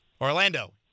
Orlando